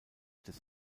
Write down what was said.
des